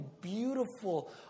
beautiful